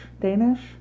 Danish